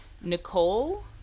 Nicole